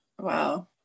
wow